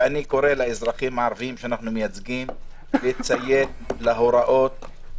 ואני קורא לאזרחים הערבים שאנחנו מייצגים לציית להוראות,